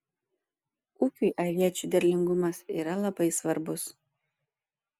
ūkiui aviečių derlingumas yra labai svarbus